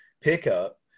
pickup